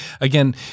Again